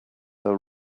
are